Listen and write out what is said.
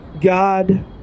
God